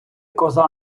коза